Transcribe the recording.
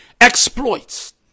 exploits